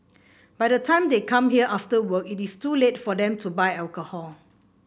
by the time they come here after work it is too late for them to buy alcohol